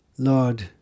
Lord